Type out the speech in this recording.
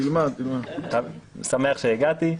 אני שמח שהגעתי.